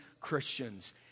Christians